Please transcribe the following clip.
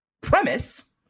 premise